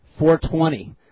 420